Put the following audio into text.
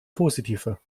positiver